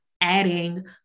adding